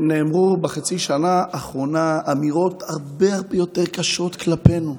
בחצי שנה האחרונה נאמרו אמירות הרבה הרבה יותר קשות כלפינו,